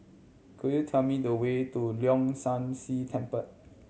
could you tell me the way to Leong San See Temple